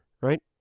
right